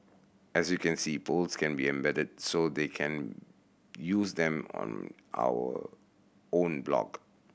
as you can see polls can be embedded so they can use them on our own blog